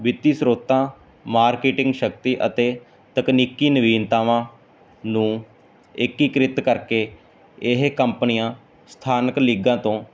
ਵਿੱਤੀ ਸਰੋਤਾਂ ਮਾਰਕੀਟਿੰਗ ਸ਼ਕਤੀ ਅਤੇ ਤਕਨੀਕੀ ਨਵੀਨਤਾਵਾਂ ਨੂੰ ਏਕੀਕ੍ਰਿਤ ਕਰਕੇ ਇਹ ਕੰਪਨੀਆਂ ਸਥਾਨਕ ਲੀਗਾਂ ਤੋਂ